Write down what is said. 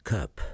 Cup